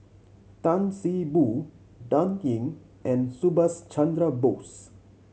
Tan See Boo Dan Ying and Subhas Chandra Bose